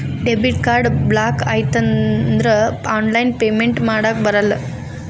debit card block ಆಯ್ತಂದ್ರ online payment ಮಾಡಾಕಬರಲ್ಲ